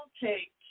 take